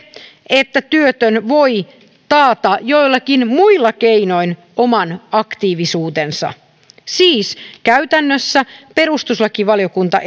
että työtön voi taata joillakin muilla keinoin oman aktiivisuutensa siis käytännössä perustuslakivaliokunta